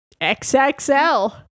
XXL